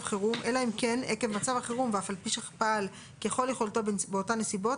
חירום אלא אם כן עקב מצב החירום ועל אף פי שפעל ככל יכולתו באותן נסיבות,